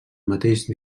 mateix